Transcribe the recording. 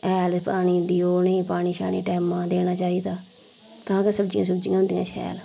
हैल पानी देओ उनेंई पानी छानी टैमा देना चाहिदा तां गै सब्जियां सुब्जियां होंदियां शैल